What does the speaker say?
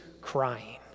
crying